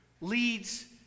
leads